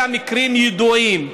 הרי המקרים ידועים,